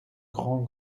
grand